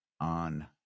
on